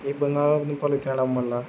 ఈ బంగాళదుంపలను తినడం వల్ల